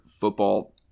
football